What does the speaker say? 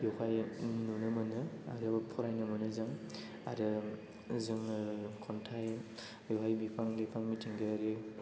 बेवहाय नुनो मोनो आरो फरायनो मोनो जों आरो जोङो खन्थाय बेवहाय बिफां लाइफां मिथिंगायारि